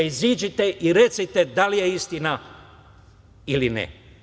Iziđite i recite da li je istina ili ne.